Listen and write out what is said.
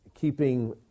keeping